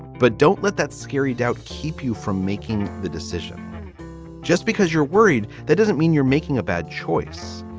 but don't let that scary doubt keep you from making the decision just because you're worried. that doesn't mean you're making a bad choice.